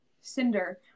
Cinder